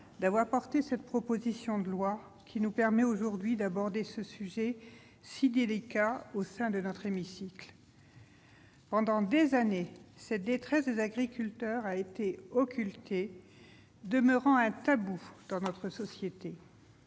d'avoir porté cette proposition de loi, qui nous permet aujourd'hui d'aborder ce sujet si délicat au sein de notre hémicycle. Pendant des années, cette détresse des agriculteurs a été occultée, comme un tabou dans notre société.